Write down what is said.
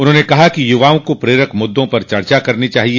उन्होंने कहा कि युवाओं को प्रेरक मुद्दों पर चर्चा करनी चाहिए